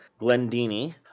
glendini